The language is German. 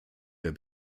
der